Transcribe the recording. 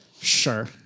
Sure